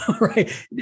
right